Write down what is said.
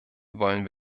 wollen